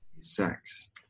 sex